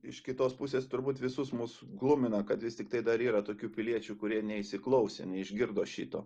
iš kitos pusės turbūt visus mus glumina kad vis tiktai dar yra tokių piliečių kurie neįsiklausė neišgirdo šito